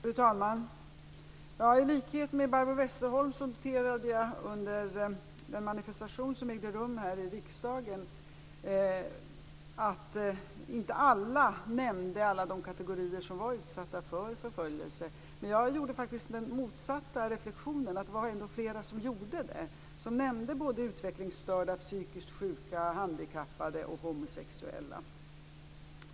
Fru talman! I likhet med Barbro Westerholm noterade jag under den manifestation som ägde rum här i riksdagen att inte alla nämnde alla de kategorier som var utsatta för förföljelse. Men jag gjorde faktiskt den motsatta reflexionen, att det ändå var flera som gjorde det. De nämnde både utvecklingsstörda, psykiskt sjuka, handikappade och homosexuella.